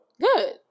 Good